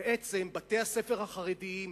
בתי-הספר החרדיים,